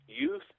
youth